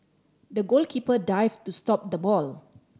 the goalkeeper dived to stop the ball